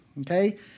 Okay